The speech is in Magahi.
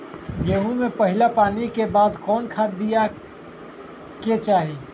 गेंहू में पहिला पानी के बाद कौन खाद दिया के चाही?